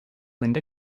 linda